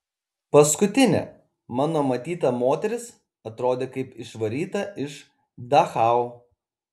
paskutinė mano matyta moteris atrodė kaip išvaryta iš dachau